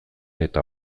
eta